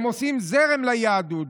הם עושים זרם ליהדות.